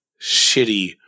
shitty